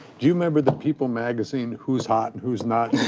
do you remember the people magazine who's hot and who's not?